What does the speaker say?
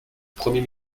premier